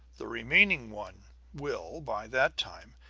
the remaining one will, by that time,